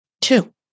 Two